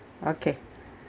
okay